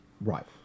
Right